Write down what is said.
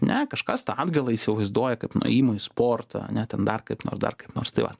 ne kažkas tą atgailą įsivaizduoja kaip nuėjimą į sportą ane ten dar kaip nors dar kaip nors tai vat